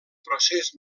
procés